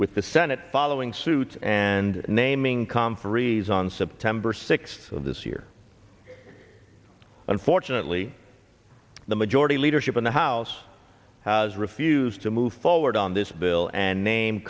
with the senate following suit and naming conferees on september sixth of this year unfortunately the majority leadership in the house has refused to move forward on this bill and name